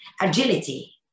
agility